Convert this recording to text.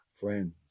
friends